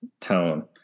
tone